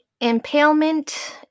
impalement